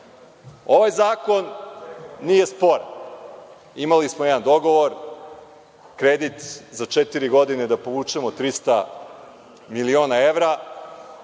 zakon nije sporan. Imali smo jedan dogovor, kredit za četiri godine, da povučemo 300 miliona evra.